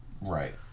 Right